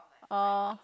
oh